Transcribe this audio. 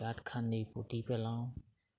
গাঁত খান্দি পুতি পেলাওঁ